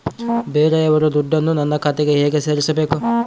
ಬೇರೆಯವರ ದುಡ್ಡನ್ನು ನನ್ನ ಖಾತೆಗೆ ಹೇಗೆ ಸೇರಿಸಬೇಕು?